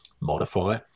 modify